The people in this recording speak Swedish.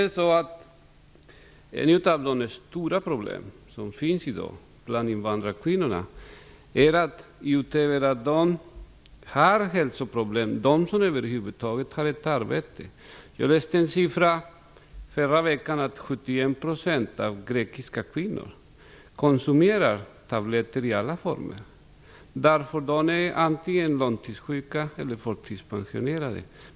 Ett av de stora problemen bland invandrarkvinnorna i dag gäller hälsan - förutom att de kanske inte har ett arbete. Jag läste i förra veckan att 71 % av grekiska kvinnor konsumerar tabletter i alla former, därför att de är antingen långtidssjuka eller förtidspensionerade.